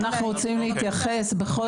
אנחנו רוצים להתייחס, בכל זאת.